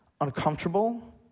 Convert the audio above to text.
uncomfortable